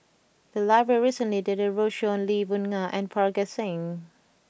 the library recently did a roadshow on Lee Boon Ngan and Parga Singh